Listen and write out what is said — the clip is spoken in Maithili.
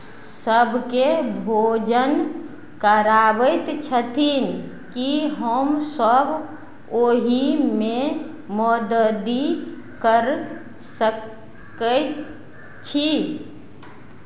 सभकेँ भोजन कराबैत छथिन की हम सब ओहिमे मदति कर सकै छी